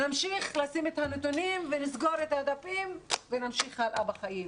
נמשיך לשים את הנתונים ונסגור את הדפים ונמשיך הלאה בחיים.